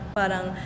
parang